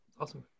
awesome